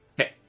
Okay